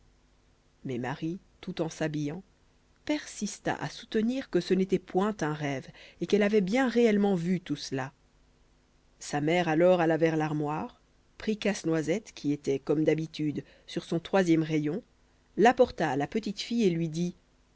mais marie tout en s'habillant persista à soutenir que ce n'était point un rêve et qu'elle avait bien réellement vu tout cela sa mère alors alla vers l'armoire prit casse-noisette qui était comme d'habitude sur son troisième rayon l'apporta à la petite fille et lui dit